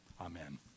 Amen